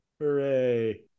hooray